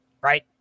right